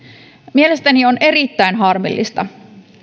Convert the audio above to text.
mielestäni on erittäin harmillista